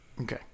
okay